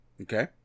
Okay